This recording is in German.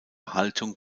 haltung